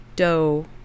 dough